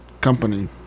company